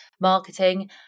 marketing